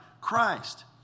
Christ